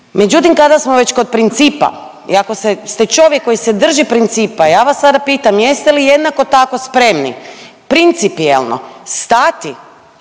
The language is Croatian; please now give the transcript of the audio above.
Međutim kada smo već kod principa i ako ste čovjek koji se drži principa ja vas sada pitam jeste li jednako tako spremni principijelno stati